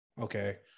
okay